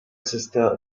sister